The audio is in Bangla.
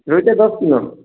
রুইটা দশ কিলো